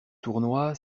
tournoi